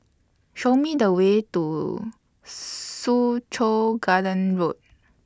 Show Me The Way to Soo Chow Garden Road